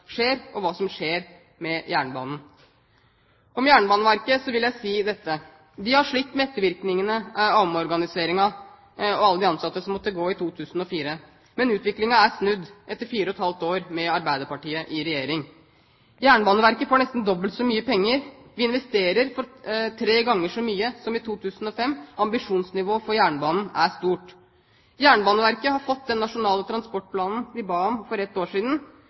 med jernbanen. Om Jernbaneverket vil jeg si dette: De har slitt med ettervirkningene av omorganiseringen og alle de ansatte som måtte gå i 2004. Men utviklingen er snudd etter 4,5 år med Arbeiderpartiet i regjering. Jernbaneverket får nesten dobbelt så mye penger. Vi investerer tre ganger så mye som i 2005, ambisjonsnivået for jernbanen er høyt. Jernbaneverket har fått den nasjonale transportplanen de ba om for et år siden.